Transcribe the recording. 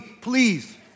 please